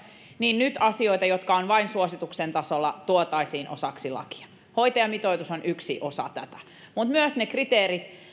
niin nyt asioita jotka ovat vain suosituksen tasolla tuotaisiin osaksi lakia hoitajamitoitus on yksi osa tätä mutta myös ne kriteerit